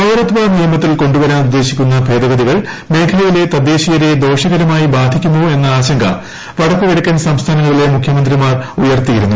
പൌരത്വ നിയമത്തിൽ കൊണ്ടുവരാൻ ഉദ്ദേശിക്കുന്ന ഭേദഗതികൾ മേഖലയിലെ തദ്ദേശീയരെ ദോഷകരമായി ബാധിക്കുമോ എന്ന ആശങ്ക വടക്കു കിഴക്കൻ സംസ്ഥാനങ്ങളിലെ മുഖ്യമൃത്തിമാർ ഉയർത്തിയിരുന്നു